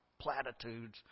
platitudes